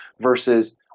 versus